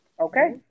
Okay